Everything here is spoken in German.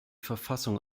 verfassung